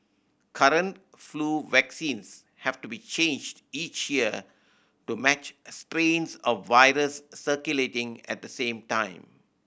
current flu vaccines have to be changed each year to match strains of virus circulating at the same time